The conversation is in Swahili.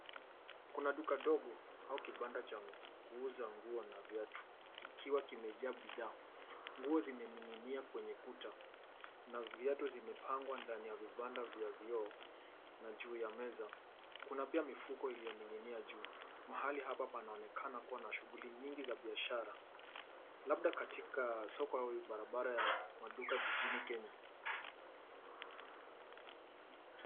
Kuna duka dogo au kibanda cha kuuza nguo na viatu kikiwa kimejaa bidhaa. Nguo zimening'inia kwenye kuta na viatu vimepangwa ndani ya vipanda vya vyoo na juu ya meza . Kunna pia mifuko iliyoning'inia juu mahali hapa panaonekana kuwa na shughuli nyingi za biashara labda katika soko la barabara ya maduka jijini Kenya.